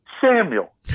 Samuel